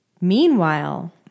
Meanwhile